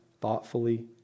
thoughtfully